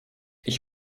ich